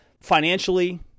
Financially